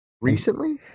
Recently